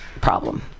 problem